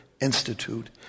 institute